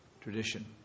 tradition